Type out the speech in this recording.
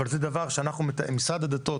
אבל זה דבר שמשרד הדתות,